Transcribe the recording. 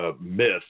myth